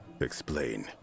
explain